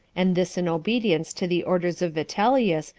and this in obedience to the orders of vitellius,